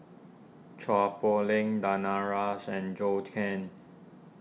Chua Poh Leng Danaraj and Zhou Can